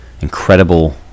incredible